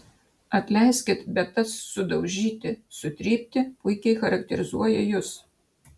atleiskit bet tas sudaužyti sutrypti puikiai charakterizuoja jus